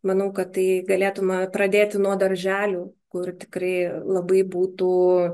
manau kad tai galėtume pradėti nuo darželių kur tikrai labai būtų